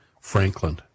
Franklin